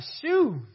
shoes